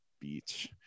beach